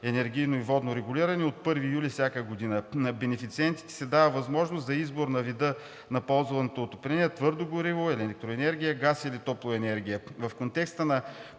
енергийно и водно регулиране от 1 юли всяка година. На бенефициентите се дава възможност за избор на вида на ползваното отопление – твърдо гориво, електроенергия, газ или топлоенергия.